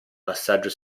passaggio